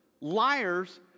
liars